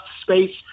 space